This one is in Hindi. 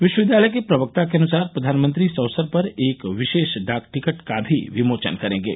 विश्वविद्यालय के प्रवक्ता के अनुसार प्रधानमंत्री इस अवसर पर एक विशेष डाक टिकट का भी विमोचन करेंगे